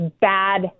bad